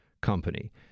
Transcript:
company